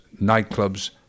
nightclubs